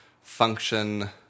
function